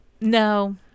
No